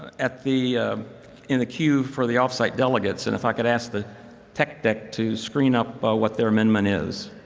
at the in the cue for the off site delegates. and if i could ask the tech deck to screen up but what their amendment is.